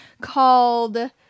called